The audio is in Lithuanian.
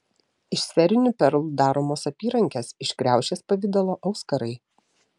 iš sferinių perlų daromos apyrankės iš kriaušės pavidalo auskarai